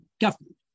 government